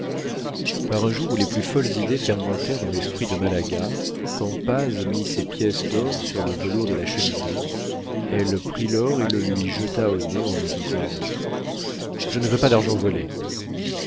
par un jour où les plus folles idées fermentèrent dans l'esprit de malaga quand paz mit ses pièces d'or sur le velours de la cheminée elle prit l'or et lui jeta au nez en lui disant je ne veux pas d'argent volé